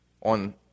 on